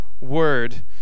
word